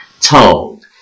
told